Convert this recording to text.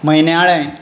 म्हयनाळें